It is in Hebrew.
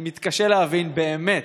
אני מתקשה להבין באמת,